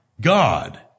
God